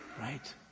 Right